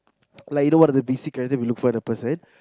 like you don't wanna the basic rather we look for the person